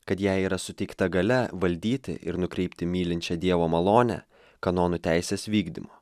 kad jai yra suteikta galia valdyti ir nukreipti mylinčio dievo malonę kanonų teisės vykdymo